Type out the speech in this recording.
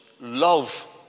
love